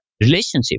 relationship